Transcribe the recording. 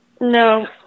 No